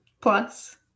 plus